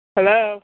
Hello